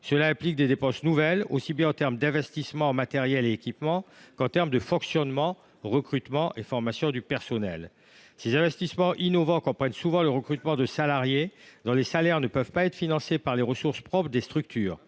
Cela implique des dépenses nouvelles, aussi bien en termes d’investissement en matériels et en équipements, que de fonctionnement – recrutement et formation du personnel. Ces investissements innovants comprennent souvent le recrutement de salariés, dont les salaires ne peuvent pas être financés par les ressources propres des structures.